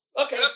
okay